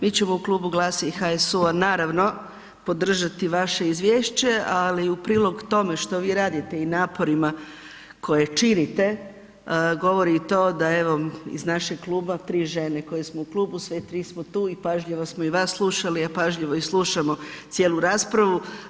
Mi ćemo u Klubu Glasa i HSU-a naravno podržati vaše Izvješće, ali u prilog tome što vi radite i naporima koje činite govori i to da evo iz našeg Kluba tri žene koje smo u Klubu sve tri smo tu i pažljivo smo i vas slušale, a pažljivo i slušamo cijelu raspravu.